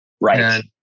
Right